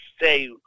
say